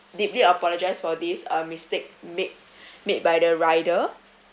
deeply apologise for this uh mistake made made by the rider